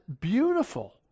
beautiful